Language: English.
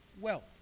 wealth